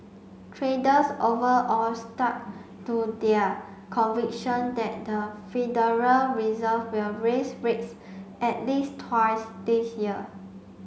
traders overall stuck to their conviction that the Federal Reserve will raise rates at least twice this year